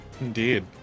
Indeed